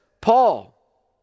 paul